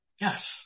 Yes